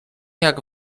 jak